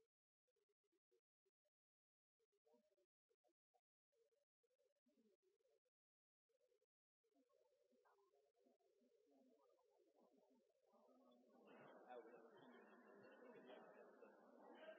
å ta